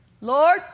Lord